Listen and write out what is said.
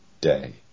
day